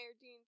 Dean